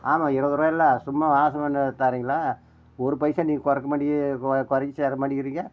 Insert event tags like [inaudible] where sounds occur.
ஆமாம் இருபது ரூபாயில்ல சும்மா [unintelligible] தாரீங்ளா ஒரு பைசா நீ குறைக்க மாட்டிக குறைக்க சேர மாட்டிக்கிறீங்க